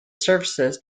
surfaces